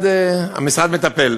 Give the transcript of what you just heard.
המשרד מטפל.